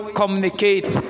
communicate